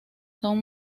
son